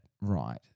Right